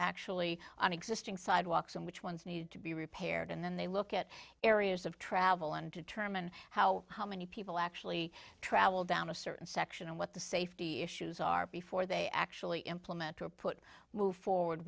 actually on existing sidewalks and which ones need to be repaired and then they look at areas of travel and determine how many people actually travel down a certain section and what the safety issues are before they actually implement or put move forward